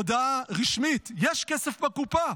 הודעה רשמית: יש כסף בקופה,